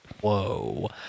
Whoa